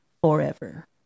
forever